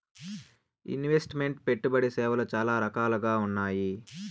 invest meant పెట్టుబడి సేవలు చాలా రకాలుగా ఉన్నాయి